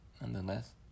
nonetheless